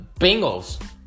Bengals